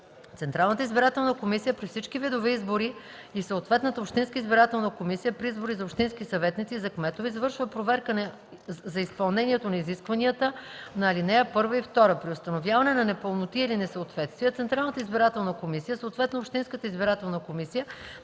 Централната избирателна комисия при всички видове избори и съответната общинска избирателна комисия при избори за общински съветници и за кметове извършва проверка за изпълнението на изискванията на ал. 1 и 2. При установяване на непълноти или несъответствия Централната избирателна комисия, съответно общинската избирателна комисия